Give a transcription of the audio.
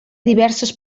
diverses